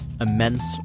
Immense